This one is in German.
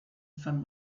san